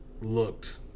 looked